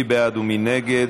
מי בעד ומי נגד?